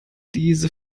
diese